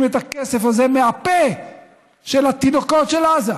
את הכסף הזה מהפה של התינוקות של עזה,